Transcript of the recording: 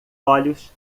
olhos